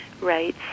right